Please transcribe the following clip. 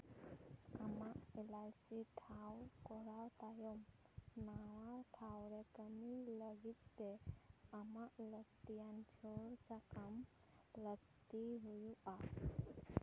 ᱟᱢᱟᱜ ᱮᱞᱟᱭᱥᱤ ᱴᱷᱟᱶ ᱠᱚᱨᱟᱣ ᱛᱟᱭᱚᱢ ᱱᱟᱣᱟ ᱴᱷᱟᱶᱨᱮ ᱠᱟᱹᱢᱤ ᱞᱟᱹᱜᱤᱫ ᱛᱮ ᱟᱢᱟᱜ ᱞᱟᱹᱠᱛᱤᱭᱟᱱ ᱪᱷᱟᱹᱲ ᱥᱟᱠᱟᱢ ᱞᱟᱹᱠᱛᱤ ᱦᱩᱭᱩᱜᱼᱟ